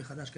בחוות דעת